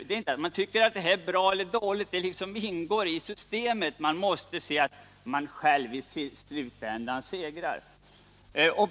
Det är inte fråga om att tycka att detta är bra eller dåligt, utan det liksom ingår i systemet. Man måste vara övertygad om att man själv segrar till slut.